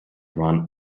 run